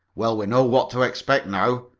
well, we know what to expect now,